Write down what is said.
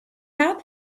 had